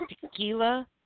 tequila